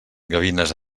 gavines